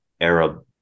Arab